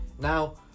Now